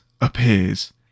appears